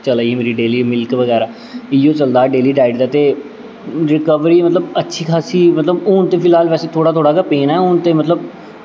चला दी ही मेरी डेली मिल्क बगैरा इ'यो चलदा हा डेली डाईट दा ते रिकवरी मतलब अच्छी खास्सी मतलब हून ते फिलहाल बैसे थोह्ड़ा गै थोह्ड़ा पेन ऐ हून ते मतलब